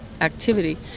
activity